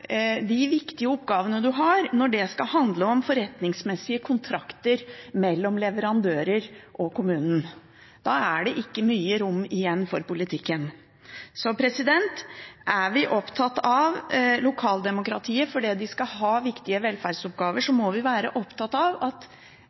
de viktige oppgavene man har, når det skal handle om forretningsmessige kontrakter mellom leverandører og kommunen. Da er det ikke mye rom igjen for politikken. Hvis vi er opptatt av lokaldemokratiet fordi det skal ha viktige velferdsoppgaver, må vi være opptatt av at